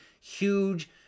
huge